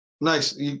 Nice